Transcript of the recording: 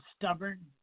stubborn